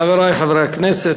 חברי חברי הכנסת,